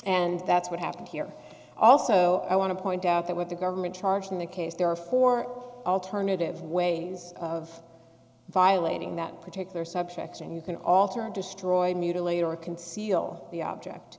and that's what happened here also i want to point out that what the government charged in the case there are four alternative ways of violating that particular subsection you can alter or destroyed mutilate or conceal the object